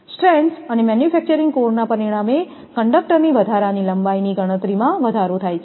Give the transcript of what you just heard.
strands અને manufacturing કોરના પરિણામે કંડક્ટરની વધારાની લંબાઈ ની ગણતરીમાં વધારો થાય છે